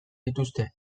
dituzte